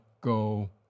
go